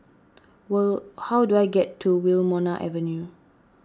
well how do I get to Wilmonar Avenue